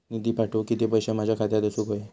निधी पाठवुक किती पैशे माझ्या खात्यात असुक व्हाये?